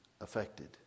affected